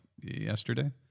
yesterday